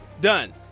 Done